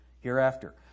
hereafter